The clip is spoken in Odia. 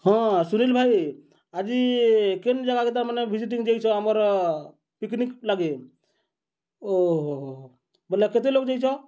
ହଁ ସୁନିଲ୍ ଭାଇ ଆଜି କେନ୍ ଜାଗାକେ ତାର୍ ମାନେ ଭିଜିଟିଙ୍ଗ୍ ଯାଇଛ ଆମର୍ ପିକ୍ନିକ୍ ଲାଗି ଓହୋ ହୋହ ବେଲେ କେତେ ଲୋକ୍ ଯାଇଛ